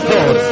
God